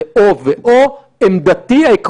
על פניו הנתון הזה מוכיח שהחשש הזה כאילו מתאמת,